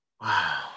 Wow